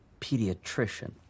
pediatrician